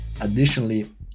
Additionally